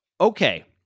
Okay